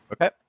Okay